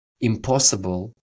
impossible